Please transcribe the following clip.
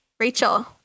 Rachel